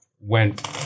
went